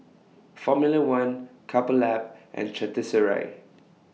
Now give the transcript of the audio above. Formula one Couple Lab and Chateraise